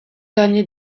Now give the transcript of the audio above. dernier